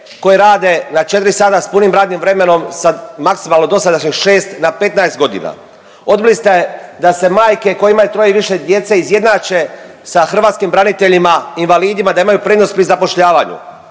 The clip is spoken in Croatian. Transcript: koje rade na četri sada s punim radnim vremenom sa maksimalno dosadašnjih šest na 15 godina, odbili ste da se majke koje imaju troje i više djece izjednače sa hrvatskim braniteljima invalidima da imaju prednost pri zapošljavanju.